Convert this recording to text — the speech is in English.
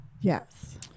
Yes